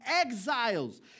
exiles